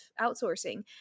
outsourcing